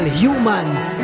humans